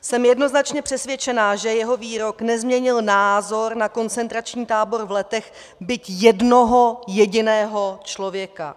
Jsem jednoznačně přesvědčena, že jeho výrok nezměnil názor na koncentrační tábor v Letech byť jednoho jediného člověka.